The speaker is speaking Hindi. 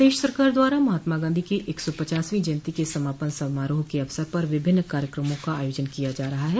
प्रदेश सरकार द्वारा महात्मा गांधी की एक सौ पचासवीं जयन्ती के समापन समारोह के अवसर पर विभिन्न कार्यक्रमों का आयोजन किया जा रहा है